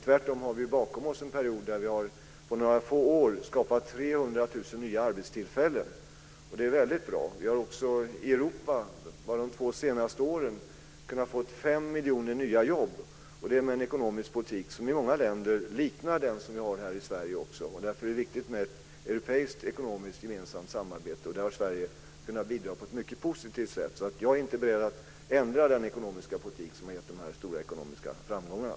Tvärtom har vi bakom oss en period där vi på några få år har skapat 300 000 nya arbetstillfällen. Det är väldigt bra. Vi har också i Europa bara de två senaste åren kunnat få fem miljoner nya jobb, och det med en ekonomisk politik som i många länder liknar den som vi har här i Sverige. Därför är det viktigt med ett europeiskt ekonomiskt samarbete, och det har Sverige kunnat bidra till på ett mycket positivt sätt. Jag är alltså inte beredd att ändra den ekonomiska politik som har gett de här stora ekonomiska framgångarna.